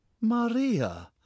Maria